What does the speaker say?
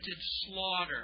slaughter